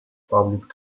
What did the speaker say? public